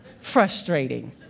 Frustrating